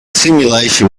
simulation